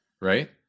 right